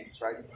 right